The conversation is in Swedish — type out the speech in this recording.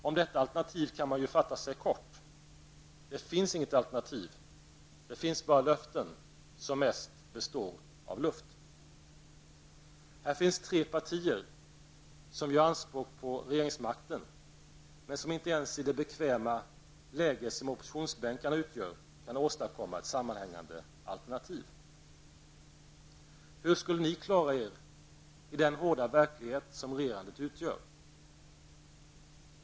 Om detta alternativ kan man ju fatta sig kort: det finns inget alternativ, det finns bara löften, som mest består av luft. Här finns tre partier som gör anspråk på regeringsmakten, men som inte ens i det bekväma läge som oppositionsbänkarna utgör kan åstadkomma ett sammanhängande alternativ. Hur skulle ni klara er i den hårda verklighet som regerandet utgör?